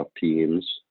Teams